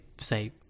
say